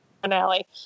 finale